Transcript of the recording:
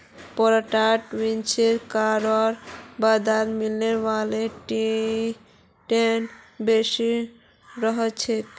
प्रॉपर्टीत निवेश करवार बाद मिलने वाला रीटर्न बेसी रह छेक